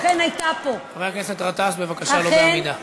חבר הכנסת גטאס, בבקשה, לא בעמידה.